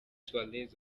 suárez